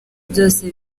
byose